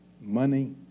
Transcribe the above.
money